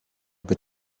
but